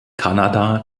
kanada